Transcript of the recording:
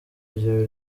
ryawe